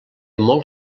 molt